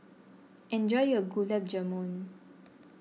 enjoy your Gulab Jamun